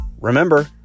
Remember